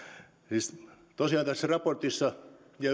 siis tosiaan tässä raportissa ja